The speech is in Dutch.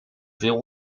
veel